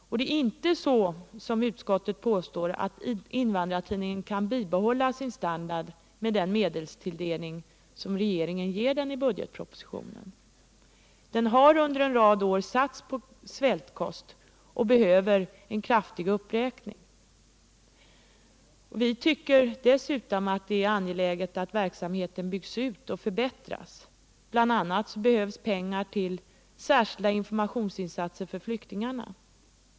Och det är inte så, som utskottet påstår, att Invandrartidningen kan bibehålla sin standard med den medelstilldelning som regeringen ger den i budgetpropositionen. Tidningen har under en rad år satts på svältkost, och det krävs en kraftig uppräkning av anslagen. Vi tycker dessutom att det är angeläget att verksamheten byggs ut och förbättras. Det behövs bl.a. pengar till särskilda informationsinsatser bland flyktingarna.